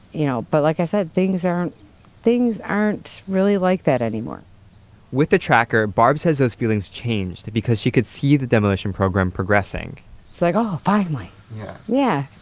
you know but like i said, things aren't things aren't really like that anymore with the tracker, barb says those feelings changed because she could see the demolition program progressing it's like, oh finally. yeah yeah,